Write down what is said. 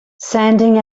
sending